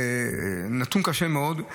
זה נתון קשה מאוד.